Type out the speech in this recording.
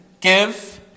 give